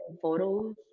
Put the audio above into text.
photos